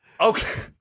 Okay